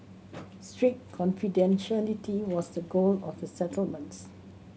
strict confidentiality was the goal of the settlements